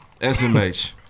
SMH